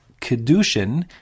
kedushin